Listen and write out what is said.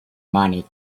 money